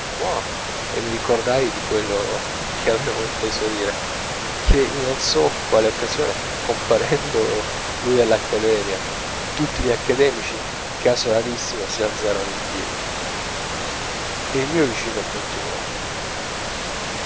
e mi ricordai di quello che avevo inteso dire che in non so quale occasione comparendo lui all'accademia tutti gli accademici caso rarissimo si alzarono in piedi e il mio vicino continuò